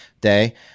day